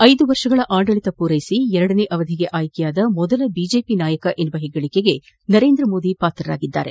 ಐದು ವರ್ಷಗಳ ಆಡಳಿತ ಪೂರೈಸಿ ಎರಡನೇ ಅವಧಿಗೆ ಅಯ್ಕೆಯಾದ ಮೊದಲ ಬಿಜೆಪಿ ನಾಯಕ ಎಂಬ ಹೆಗ್ಗಳಿಕೆಗೆ ನರೇಂದ್ರ ಮೋದಿ ಪಾತ್ರರಾಗಿದ್ದಾರೆ